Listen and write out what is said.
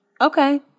Okay